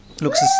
Looks